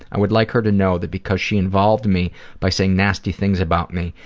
i would like her to know that because she involved me by saying nasty things about me,